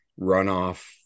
runoff